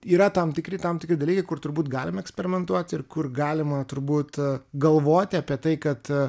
yra tam tikri tam tikri dalykai kur turbūt galima eksperimentuot ir kur galima turbūt galvoti apie tai kad